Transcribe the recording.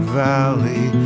valley